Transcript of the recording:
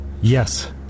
Yes